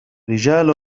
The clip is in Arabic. رجال